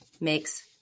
makes